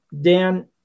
Dan